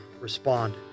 respond